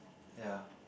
ya